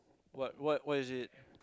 what what what is it